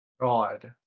god